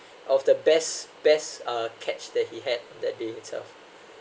of the best best uh catch that he had that day itself